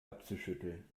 abzuschütteln